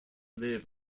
live